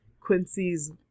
Quincy's